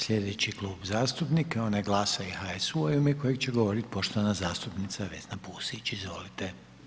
Slijedeći Klub zastupnika je onaj GLAS-a i HSU-a u ime kojeg će govorit poštovana zastupnica Vesna Pusić, izvolite.